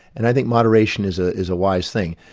and i think moderation is ah is a wise thing.